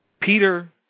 Peter